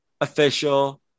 official